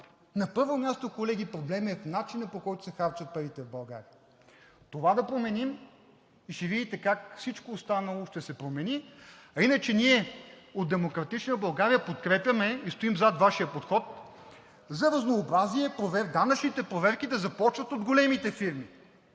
На първо място, колеги, проблемът е в начина, по който се харчат парите в България – това да променим и ще видите как всичко останало ще се промени. А иначе ние от „Демократична България“ подкрепяме и стоим зад Вашия подход за разнообразие данъчните проверки да започнат от големите фирми.